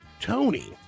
Tony